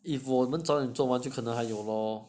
if 我们早点做完就可能还有咯